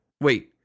wait